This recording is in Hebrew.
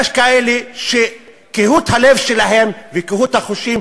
יש כאלה שקהות הלב שלהם וקהות החושים,